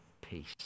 peace